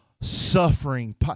suffering